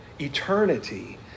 Eternity